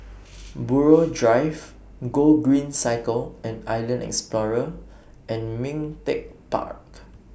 Buroh Drive Gogreen Cycle and Island Explorer and Ming Teck Park